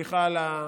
סליחה על הצרפתית.